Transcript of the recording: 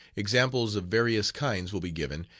examples of various kinds will be given,